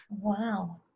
Wow